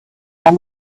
and